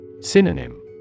Synonym